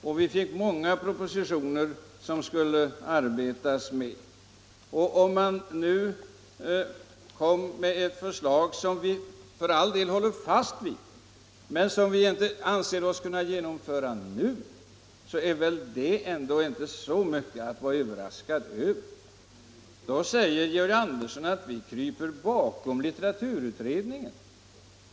Det hade framlagts många propositioner, som vi skulle gå igenom. Om vi beträffande ett av de förslag som framlades — och som vi för all del håller fast vid — anser att det inte nu finns möjligheter för ett genomförande, kan det väl inte vara så överraskande. Georg Andersson säger då att vi kryper bakom litteraturutredningen.